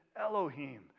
Elohim